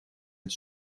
het